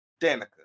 Danica